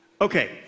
okay